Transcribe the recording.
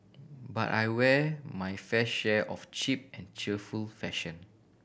but I wear my fair share of cheap and cheerful fashion